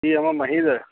এই আমাৰ মাহী যে